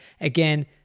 Again